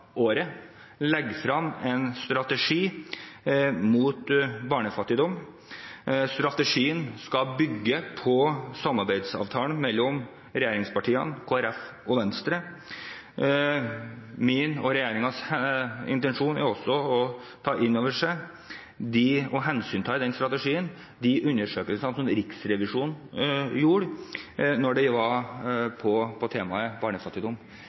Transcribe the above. året legge frem en strategi mot barnefattigdom. Strategien skal bygge på samarbeidsavtalen mellom regjeringspartiene, Kristelig Folkeparti og Venstre. Min og regjeringens intensjon er også å hensynta i den strategien de undersøkelser som Riksrevisjonen gjorde i forbindelse med temaet barnefattigdom.